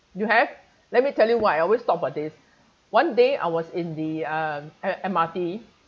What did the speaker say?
you have let me tell you why I always talk about this one day I was in the uh uh M_R_T